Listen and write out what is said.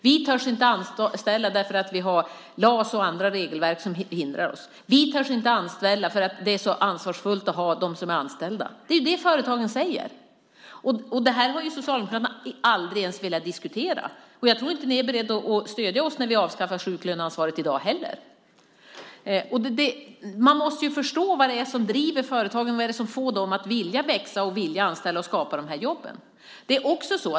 De törs inte anställa därför att LAS och andra regelverk hindrar dem. De törs inte anställa därför att det är så ansvarsfullt att ha människor anställda. Det är detta företagen säger. Det har Socialdemokraterna aldrig ens velat diskutera. Jag tror inte att ni är beredda att stödja oss när vi avskaffar sjuklöneansvaret i dag heller. Man måste förstå vad det är som driver företagen och får dem att vilja växa, vilja anställa och skapa de här jobben.